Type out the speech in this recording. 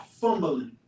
fumbling